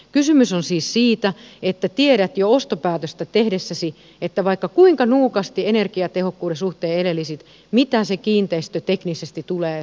kysymys on siis siitä että tiedät jo ostopäätöstä tehdessäsi vaikka kuinka nuukasti energiatehokkuuden suhteen elelisit mitä se kiinteistö teknisesti tulee sinulta vaatimaan